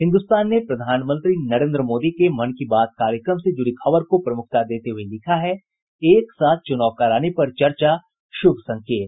हिन्दुस्तान ने प्रधानमंत्री नरेन्द्र मोदी के मन की बात कार्यक्रम से जुड़ी खबर को प्रमुखता देते हुये लिखा है एक साथ चुनाव कराने पर चर्चा शुभ संकेत